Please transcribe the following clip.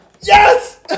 Yes